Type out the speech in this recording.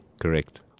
Correct